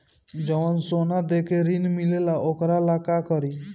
जवन सोना दे के ऋण मिलेला वोकरा ला का करी?